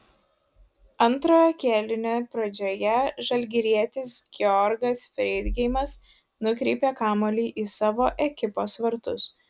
antrojo kėlinio pradžioje žalgirietis georgas freidgeimas nukreipė kamuolį į savo ekipos vartus